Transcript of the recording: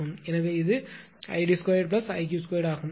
எனவே இது 𝐼𝑑2 𝐼𝑞2 ஆகும்